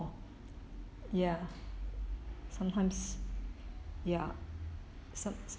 ya sometimes ya some some